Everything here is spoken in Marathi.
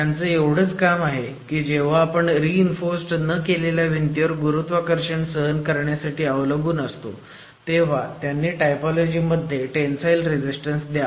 त्यांचं एवढंच काम आहे की जेव्हा आपण रि इन्फोर्स्ड न केलेल्या भिंतीवर गुरुत्वाकर्षण सहन करण्यासाठी अवलंबून असतो तेव्हा त्यांनी टायपोलोजी मध्ये टेंसाईल रेझिस्टंस द्यावा